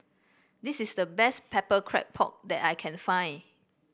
this is the best pepper pork that I can find